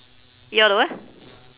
eat all the wha~